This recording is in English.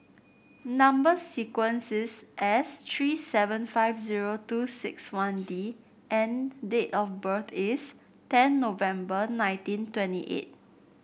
number sequence is S three seven five zero two six one D and date of birth is ten November nineteen twenty eight